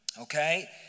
okay